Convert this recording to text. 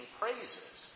praises